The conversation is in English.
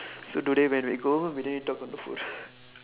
so today when we go home we don't need talk on the phone